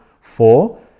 Four